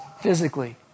physically